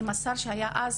בתיאום עם השר שהיה אז,